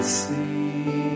see